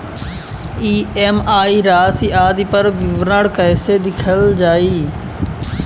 EMI राशि आदि पर विवरण कैसे देखल जाइ?